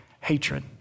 hatred